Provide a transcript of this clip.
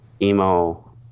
emo